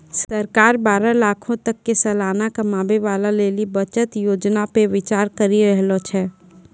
सरकार बारह लाखो तक के सलाना कमाबै बाला लेली बचत योजना पे विचार करि रहलो छै